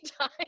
time